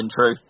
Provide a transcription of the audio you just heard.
true